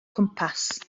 cwmpas